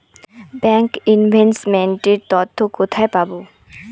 Bank investment তথ্য কোথায় পাব?